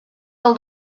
del